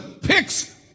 picks